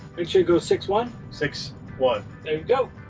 it should go six one. six one. there we go,